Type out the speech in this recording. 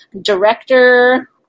director